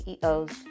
CEOs